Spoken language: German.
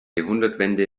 jahrhundertwende